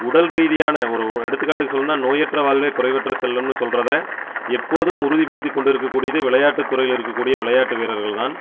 உடல் ரீதியான ஒரு ஒரு எடுத்துக்காட்டுக்கு சொல்லணுனால் நோயற்ற வாழ்வே குறைவற்ற செல்வம்னு சொல்கிறத எப்போதும் உறுதிப்படுத்திக் கொண்டுருக்கக்கூடியது விளையாட்டுத் துறையில் இருக்கக்கூடிய விளையாட்டு வீரர்கள் தான்